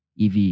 EV